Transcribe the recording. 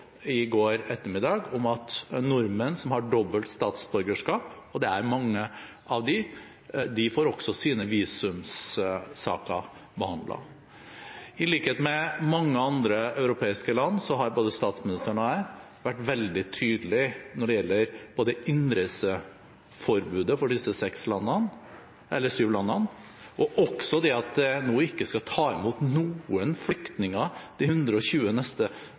i går ettermiddag om at nordmenn som har dobbelt statsborgerskap, og det er mange av dem, også får sine visumsaker behandlet. I likhet med mange andre europeiske land har både statsministeren og jeg vært veldig tydelig når det gjelder innreiseforbudet for disse syv landene, og også det at man nå ikke skal ta imot noen flyktninger de 120 neste